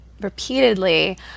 repeatedly